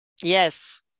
Yes